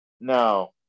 No